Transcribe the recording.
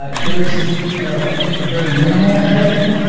ah here's ah a very minimal headache.